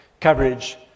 coverage